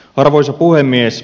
arvoisa puhemies